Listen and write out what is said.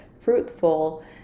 fruitful